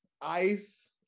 ice